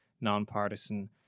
nonpartisan